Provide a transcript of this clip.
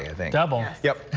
ah thank double yeah,